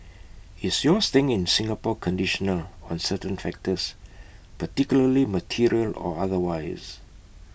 is your staying in Singapore conditional on certain factors particularly material or otherwise